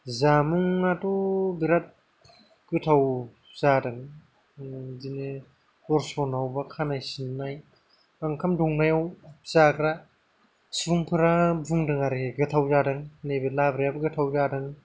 जामुङाथ' बिराथ गोथाव जादों ओ बिदिनो दरसनाव बा खानाय सिननाय बा ओंखाम दौनायाव जाग्रा सुबुंफोरा बुंदों आरो गोथाव जादों नैबे लाब्रायाबो गोथाव जादों